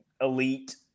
elite